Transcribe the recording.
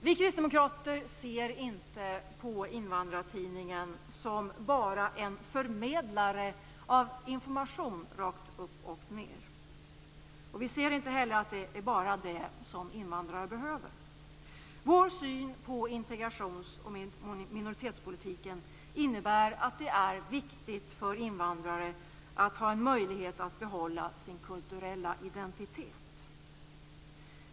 Vi kristdemokrater ser inte på Invandrartidningen som enbart en förmedlare av information rakt upp och ner. Vi anser inte heller att det är bara det som invandrare behöver. Vår syn på integrations och minoritetspolitiken innebär att det är viktigt för invandrare att ha en möjlighet att behålla sin kulturella identitet.